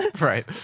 Right